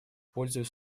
пользуясь